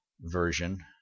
version